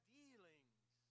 dealings